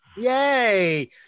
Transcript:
Yay